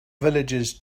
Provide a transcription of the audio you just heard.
villagers